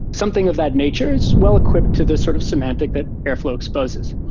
something of that nature is well-equipped to the sort of semantic that airflow exposes.